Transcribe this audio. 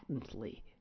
patently